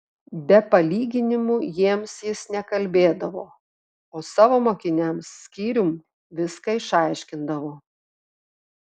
be palyginimų jiems jis nekalbėdavo o savo mokiniams skyrium viską išaiškindavo